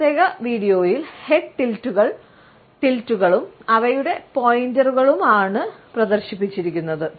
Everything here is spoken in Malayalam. ഈ പ്രത്യേക വീഡിയോയിൽ ഹെഡ് ടിൽറ്റുകളും അവയുടെ പെയിന്റിംഗുകളും പ്രദർശിപ്പിച്ചിരിക്കുന്നു